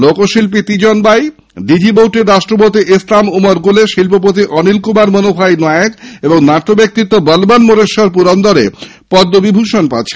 লোকশিল্পী তিজন বাই ডি জি বৌটির রাষ্ট্রপতি ইসলাম ওমর গুলে শিল্পপতি অনিল কুমার মনিভাই নায়ক এবং নাট্যব্যক্তিত্ব বলবন্ত মোরেশ্বর পুরন্দরে পদ্মভিভূষণ পাচ্ছেন